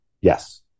Yes